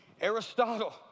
Aristotle